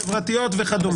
חברתיות וכדומה.